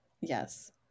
Yes